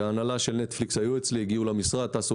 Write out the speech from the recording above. ההנהלה של נטפליקס הייתה אצלי, הגיעו למשרד, טסו